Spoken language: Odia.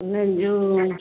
ନା ଯେଉଁ